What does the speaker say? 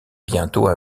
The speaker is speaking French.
bientôt